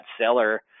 seller